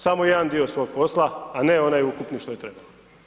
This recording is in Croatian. Samo jedan dio svog posla, a ne onaj ukupni što je trebao.